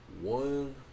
One